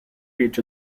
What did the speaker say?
reach